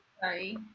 Sorry